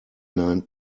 nine